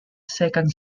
second